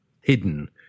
hidden